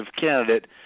candidate